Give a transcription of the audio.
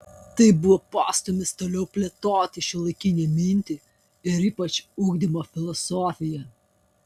tai buvo postūmis toliau plėtoti šiuolaikinę mintį ir ypač ugdymo filosofiją